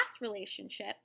relationship